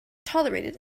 tolerated